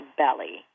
belly